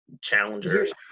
challengers